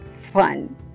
fun